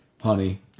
Honey